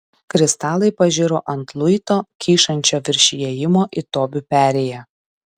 kristalai pažiro ant luito kyšančio virš įėjimo į tobių perėją